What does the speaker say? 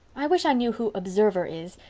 i wish i knew who observer is,